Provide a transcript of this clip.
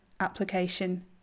application